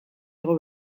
igo